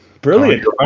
Brilliant